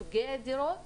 סוגי הדירות